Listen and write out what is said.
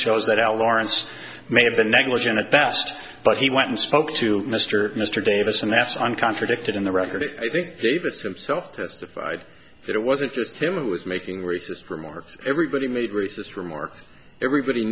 al lawrence may have been negligent at best but he went and spoke to mr mr davis and that's one contradicted in the record i think davis himself testified that it wasn't just him who was making racist remarks everybody made racist remarks everybody